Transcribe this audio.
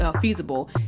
feasible